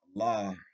Allah